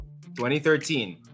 2013